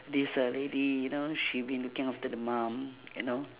there's a lady you know she been looking after the mum you know